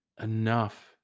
enough